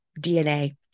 DNA